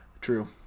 True